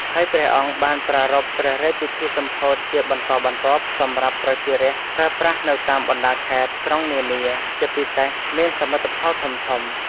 ហើយព្រះអង្គបានប្រារព្ធព្រះរាជពិធីសម្ពោធជាបន្តបន្ទាប់ សម្រាប់ប្រជា រាស្រ្តប្រើប្រាស់នៅតាមបណ្តាខេត្ត ក្រុងនានា ជាពិសេសមានសមិទ្ធផលធំៗ។